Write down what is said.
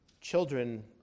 Children